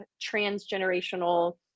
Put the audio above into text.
transgenerational